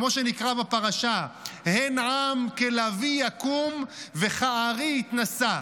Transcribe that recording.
כמו שנקרא בפרשה: "הן עם כלביא יקום וכארי יתנשא".